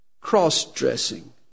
Cross-dressing